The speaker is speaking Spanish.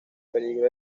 peligro